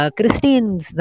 Christians